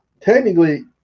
Technically